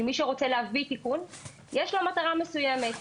כי מי שרוצה להביא תיקון יש לו מטרה מסוימת.